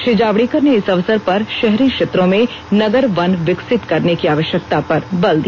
श्री जावडेकर ने इस अवसर पर शहरी क्षेत्रों में नगर वन विकसित करने की आवश्यकता पर बल दिया